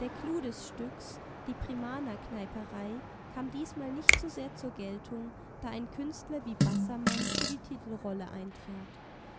der clou des stücks die primanerkneiperei kam diesmal nicht so sehr zur geltung da ein künstler wie bassermann für die titelrolle eintrat